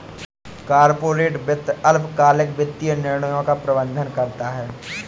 corporate वित्त अल्पकालिक वित्तीय निर्णयों का प्रबंधन करता है